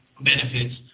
benefits